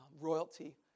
royalty